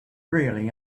really